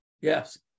Yes